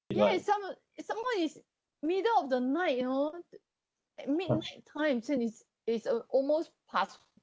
and it's some more it's some more is middle of the night you know at midnight times so is it's uh almost past